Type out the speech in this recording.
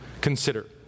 consider